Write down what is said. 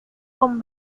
con